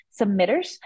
submitters